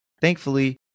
Thankfully